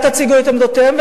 תציגו את עמדותיכם,